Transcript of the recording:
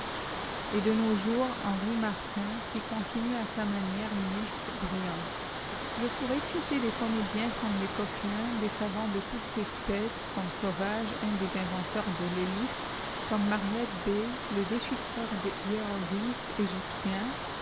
et de nos jours henri martin qui continue à sa manière une liste brillante je pourrais citer des comédiens comme les coquelin des savants de toute espèce comme sauvage un des inventeurs de l'hélice comme mariette bey le déchifïreur